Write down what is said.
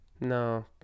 No